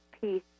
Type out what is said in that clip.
peace